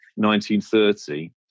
1930